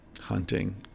hunting